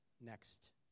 next